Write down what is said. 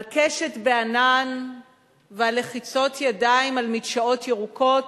על קשת בענן ועל לחיצות ידיים על מדשאות ירוקות,